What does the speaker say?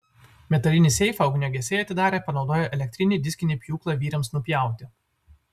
metalinį seifą ugniagesiai atidarė panaudoję elektrinį diskinį pjūklą vyriams nupjauti